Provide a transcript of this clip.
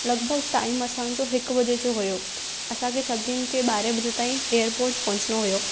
लॻिभॻि टाईम असां जो हिकु बजे जो हुयो असां खे सभिनीनि खे ॿारहें बजे ताईं एअरपोट पहुचणो हुयो